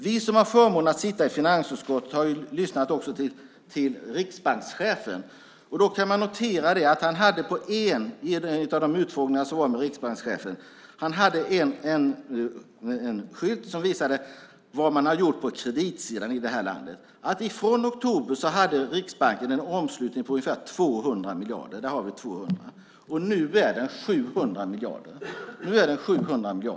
Vi som har förmånen att sitta i finansutskottet har lyssnat till riksbankschefen. Man kan notera att han på en av de utfrågningar som var med riksbankschefen hade en skylt som visade vad man har gjort på kreditsidan i det här landet. Från oktober hade Riksbanken en omslutning på ungefär 200 miljarder. Nu är den 700 miljarder.